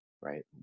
right